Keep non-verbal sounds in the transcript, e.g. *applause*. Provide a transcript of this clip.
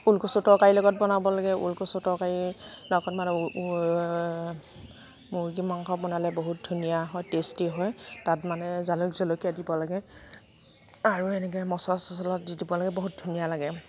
ওলকচু তৰকাৰিৰ লগত বনাব লাগে ওলকচু তৰকাৰিৰ লগত মানে *unintelligible* মুৰ্গী মাংস বনালে বহুত ধুনীয়া হয় টেষ্টী হয় তাত মানে জালুক জলকীয়া দিব লাগে আৰু এনেকৈ মছলা চছলা দি দিব লাগে বহুত ধুনীয়া লাগে